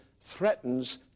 threatens